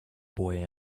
boy